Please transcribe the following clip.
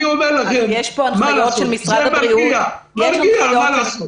אני אומר לכם: מה לעשות, זה מרגיע את התושבים.